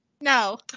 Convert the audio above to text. No